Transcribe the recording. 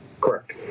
Correct